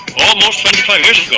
almost twenty five years